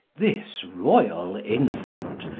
this royall infant,